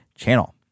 Channel